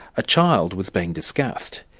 a child was being discussed.